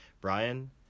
Brian